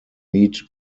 meet